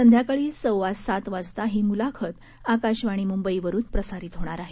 संध्याकाळी सव्वा सात वाजता ही मुलाखत आकाशवाणी मुंबईवरून प्रसारित होणार आहे